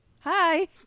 Hi